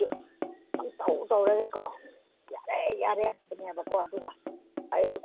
ꯄꯪꯇꯧ ꯇꯧꯔꯒꯀꯣ ꯌꯥꯔꯦ ꯌꯥꯔꯦ ꯍꯥꯏꯕꯅꯦꯕꯀꯣ ꯑꯗꯨꯒ